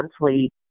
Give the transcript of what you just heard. monthly